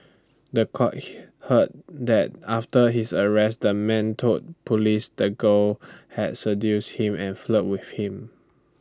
The Court heard that after his arrest the man told Police the girl had seduced him and flirted with him